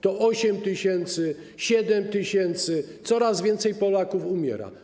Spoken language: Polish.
To 8 tys., 7 tys. - coraz więcej Polaków umiera.